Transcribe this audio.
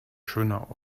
schöner